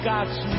God's